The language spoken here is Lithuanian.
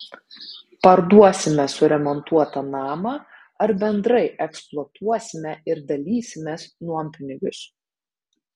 parduosime suremontuotą namą ar bendrai eksploatuosime ir dalysimės nuompinigius